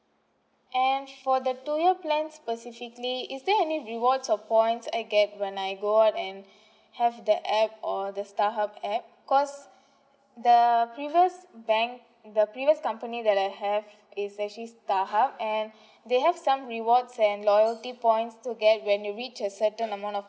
and for the two year plans specifically is there any rewards or points I get when I go out and have the app or the starhub app cause there are previous bank the previous company that I have is actually starhub and they have some rewards and loyalty points to get when you reach a certain amount of